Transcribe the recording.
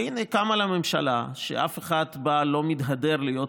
והינה קמה לה ממשלה שאף אחד בה לא מתהדר בלהיות